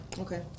Okay